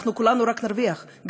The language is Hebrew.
אנחנו כולנו רק נרוויח.